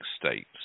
states